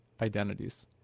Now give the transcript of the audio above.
identities